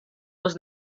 was